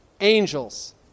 angels